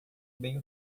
bem